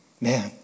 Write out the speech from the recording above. man